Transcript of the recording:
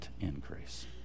increase